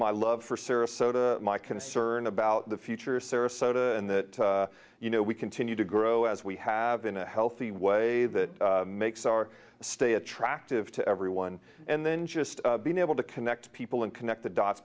my love for sarasota my concern about the future of sarasota and the you know we continue to grow as we have in a healthy way that makes our stay attractive to everyone and then just being able to connect people and connect the dots